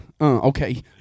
Okay